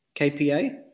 KPA